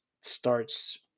starts